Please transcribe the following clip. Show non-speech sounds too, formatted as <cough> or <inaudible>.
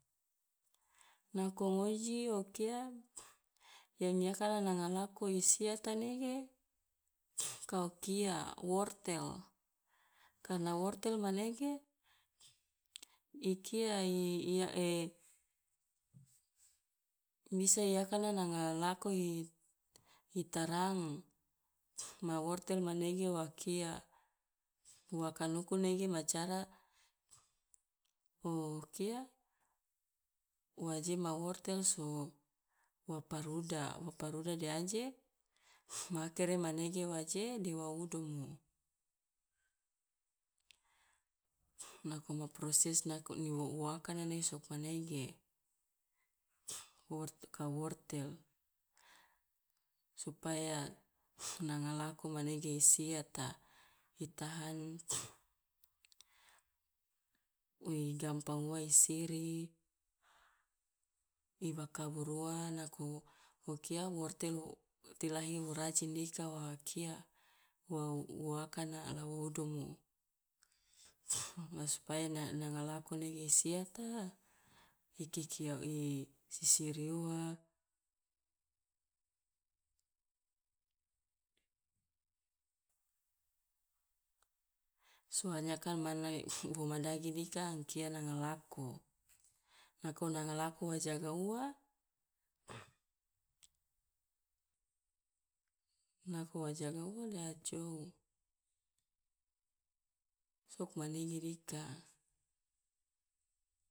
Nako ngoji o kia <noise> yang i akana nanga lako i siyata nege <noise> ka o kia, wortel. Karena wortel manege <noise> i kia <hesitation> bisa i akana nanga lako i tarang <noise> ma wortel manege wa kia <noise> wakanuku nege ma cara <noise> o kia waje ma wortel so wa paruda wa paruda de aje <noise> ma akere manege waje de wa udomo. Nako ma proses nako ni wo wa akana ne sokmanege <noise> wor- ka wortel, supaya nanga <noise> lako manege i siyata, i tahan <noise> i gampang ua i siri, i bakabur ua, nako wo kia wortel wo tilahi wo rajin ika wa kia wa u wa akana la wo udumu <noise> la supaya na- nanga lako nege i siyata i ki- kia <hesitation> sisiri ua. Soalnya kan mane <noise> wo madagi dika angkia nanga lako <noise> nako nanga lako wa jaga ua <noise> nako wa jaga ua ya jou, sokmanege dika.